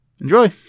Enjoy